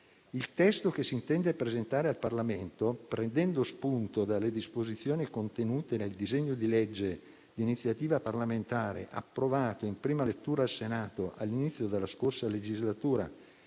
Il testo che si intende presentare al Parlamento, prendendo spunto dalle disposizioni contenute nel disegno di legge di iniziativa parlamentare approvato in prima lettura al Senato all'inizio della scorsa legislatura